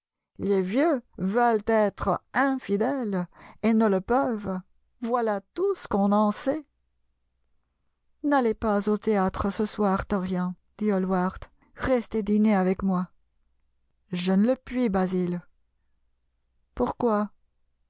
les vieux veulent être infidèles et ne le peuvent voilà tout ce qu'on en sait n'allez pas au théâtre ce soir dorian dit hallward restez dîner avec moi je ne le puis basil pourquoi